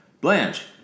Blanche